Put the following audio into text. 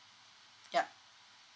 yup